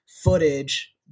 footage